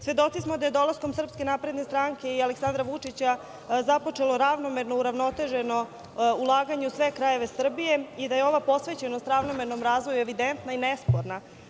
Svedoci smo da je dolaskom SNS i Aleksandra Vučića započelo ravnomerno, uravnoteženo ulaganje u sve krajeve Srbije i da je ova posvećenost ravnomernom razvoju evidentna i nesporna.